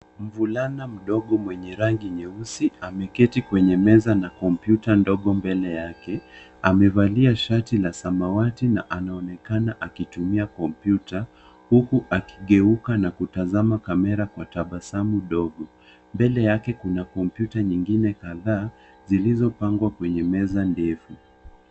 Mvulana mdogo mwenye rangi nyeusi, ameketi kwenye meza na kompyuta ndogo mbele yake. Amevalia shati la samawati na anaonekana akitumia kompyuta, huku akigeuka na kutazama kamera kwa tabasamu dogo. Mbele yake kuna kompyuta nyingine kadhaa, zilizopangwa kwenye meza ndefu.